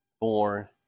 born